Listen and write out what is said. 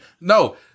no